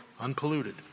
unpolluted